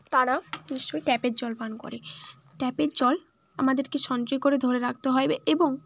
তারাও নিশ্চয়ই ট্যাপের জল পান করে ট্যাপের জল আমাদেরকে সঞ্চয় করে ধরে রাখতে হবে এবং